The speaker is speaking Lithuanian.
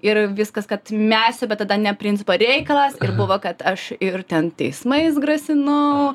ir viskas kad mesiu bet tada ne principo reikalas buvo kad aš ir ten teismais grasinau